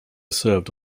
served